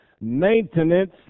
maintenance